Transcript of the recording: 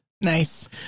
Nice